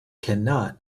cannot